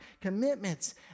commitments